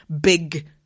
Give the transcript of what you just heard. big